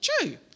True